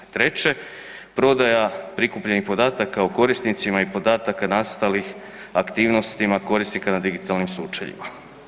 I treće, prodaja prikupljenih podataka o korisnicima i podataka nastalih aktivnostima korisnika na digitalnim sučeljima.